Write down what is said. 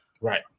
Right